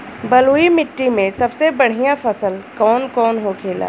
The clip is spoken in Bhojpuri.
बलुई मिट्टी में सबसे बढ़ियां फसल कौन कौन होखेला?